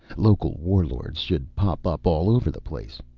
local war-lords should pop up all over the place.